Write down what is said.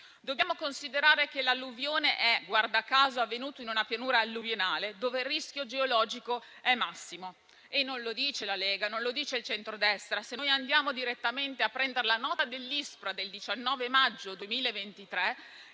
Dobbiamo considerare che l'alluvione è - guarda caso - avvenuta in una pianura alluvionale, dove il rischio geologico è massimo. Non lo dicono la Lega o il centrodestra. Se noi andiamo direttamente a prendere la nota dell'ISPRA del 19 maggio 2023,